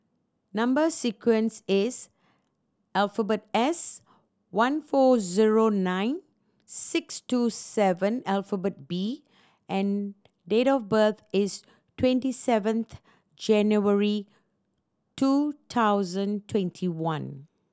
number sequence is alphabet S one four zero nine six two seven alphabet B and date of birth is twenty seventh January two thousand twenty one